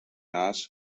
lasts